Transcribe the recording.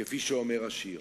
כפי שאומר השיר.